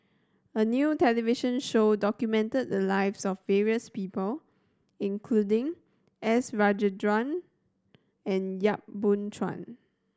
a new television show documented the lives of various people including S Rajendran and Yap Boon Chuan